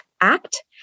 act